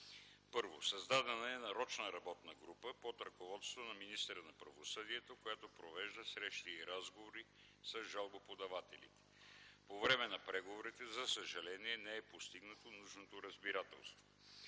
Първо, създадена е нарочна работна група под ръководството на министъра на правосъдието, която провежда срещи и разговори с жалбоподателите. По време на преговорите, за съжаление, не е постигнато нужното разбирателство.